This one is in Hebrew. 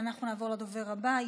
אנחנו נעבור לדובר הבא.